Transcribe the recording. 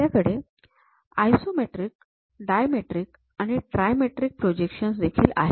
आपल्याकडे isometric dimetric आणि trimetric projection देखील आहेत